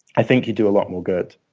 i think you'd do a lot more good.